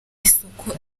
isoko